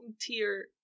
tier